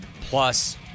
plus